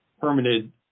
permitted